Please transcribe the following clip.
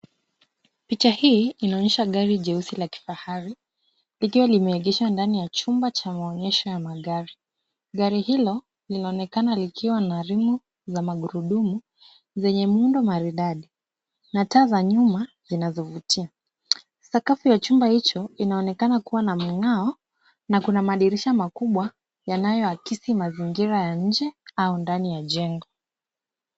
Picha hii inaonyesha gari jeusi la kifahari likiwa limeegeshwa ndani ya chumba cha maonyesho ya magari. Gari hilo linaonekana likiwa na rimu za magurudumu zenye muundo maridadi na taa za nyuma zinazovutia. Sakafu ya chumba hicho inaonekana kuwa na ming'ao na kuna madirisha makubwa yanayoakisi mazingira ya nje au ndani ya jengo.